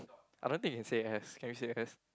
I don't think you can say S can we say S